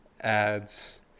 ads